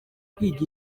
kwiga